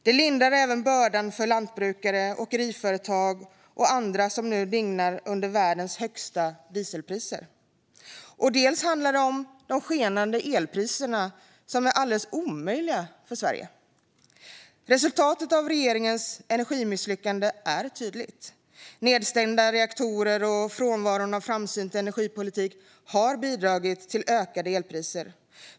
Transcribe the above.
Det lindrar även bördan för lantbrukare, åkeriföretag och andra som nu dignar under världens högsta dieselpriser. Det handlar också om de skenande elpriserna, som är alldeles omöjliga för Sverige. Resultatet av regeringens energimisslyckande är tydligt. Nedstängda reaktorer och frånvaron av framsynt energipolitik har bidragit till ökade elpriser.